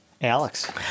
Alex